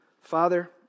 Father